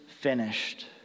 finished